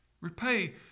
Repay